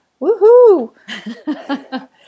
Woohoo